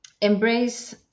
embrace